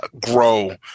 grow